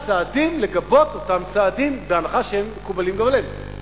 לגבות אותם צעדים, בהנחה שהם מקובלים גם עלינו.